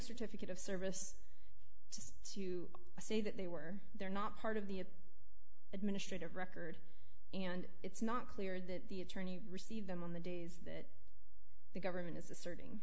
certificate of service just to say that they were they're not part of the administrative record and it's not clear that the attorney received them on the days that the government is a se